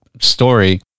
story